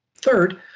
Third